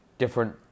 Different